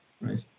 right